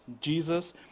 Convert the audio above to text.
Jesus